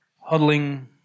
huddling